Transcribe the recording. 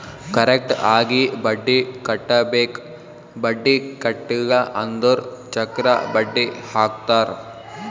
correct ಆಗಿ ಬಡ್ಡಿ ಕಟ್ಟಬೇಕ್ ಬಡ್ಡಿ ಕಟ್ಟಿಲ್ಲ ಅಂದುರ್ ಚಕ್ರ ಬಡ್ಡಿ ಹಾಕ್ತಾರ್